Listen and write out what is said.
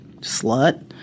slut